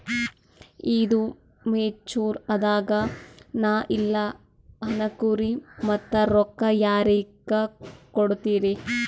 ಈದು ಮೆಚುರ್ ಅದಾಗ ನಾ ಇಲ್ಲ ಅನಕೊರಿ ಮತ್ತ ರೊಕ್ಕ ಯಾರಿಗ ಕೊಡತಿರಿ?